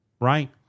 right